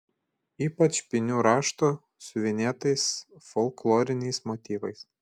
ypač pynių rašto siuvinėtais folkloriniais motyvais